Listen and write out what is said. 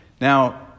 Now